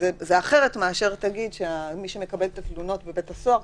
זה אחרת ממי שאחראי על התלונות בתוך בית הסוהר,